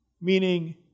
meaning